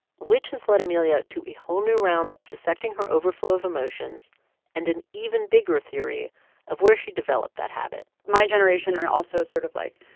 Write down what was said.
which has led amelia to a whole new round of dissecting her overflow of emotions and an even bigger theory of where she developed that habit my generation and also sort of, like,